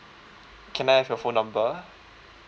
can I have your phone number